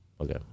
Okay